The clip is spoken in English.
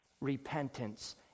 repentance